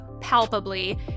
palpably